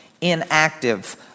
inactive